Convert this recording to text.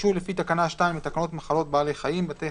אישור לפי תקנה 2 לתקנות מחלות בעלי חיים (בתי